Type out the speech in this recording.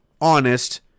honest